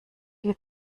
viel